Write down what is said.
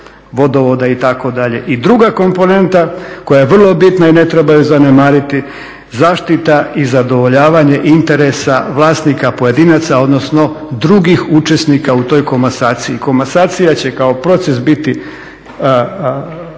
vodovoda itd. I druga komponenta koja je vrlo bitna i ne treba je zanemariti, zaštita i zadovoljavanje interesa vlasnika pojedinaca odnosno drugih učesnika u toj komasaciji. Komasacija će kao proces biti